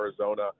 Arizona